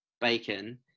bacon